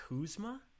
Kuzma